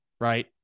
right